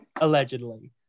Allegedly